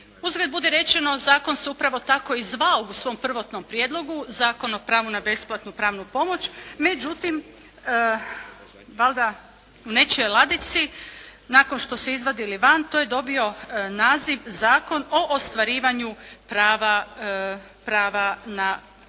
Uzgred budi rečeno zakon se upravo tako i zvao u svom prvotnom prijedlogu Zakon o pravu na besplatnu pravnu pomoć, međutim valjda u nečijoj ladici nakon što su izvadili van to je dobio naziv Zakon o ostvarivanju prava na pravnu pomoć,